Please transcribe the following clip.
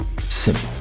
simple